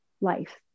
life